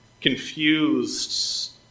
confused